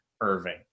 Irving